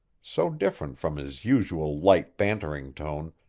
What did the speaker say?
so different from his usual light bantering tone,